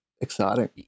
exciting